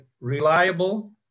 reliable